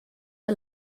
der